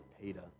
Peter